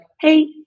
hey